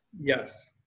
Yes